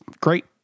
great